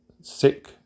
Sick